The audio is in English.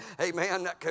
amen